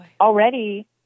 already